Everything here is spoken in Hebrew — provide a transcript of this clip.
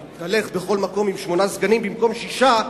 הוא יתהלך בכל מקום עם שמונה סגנים במקום עם שישה,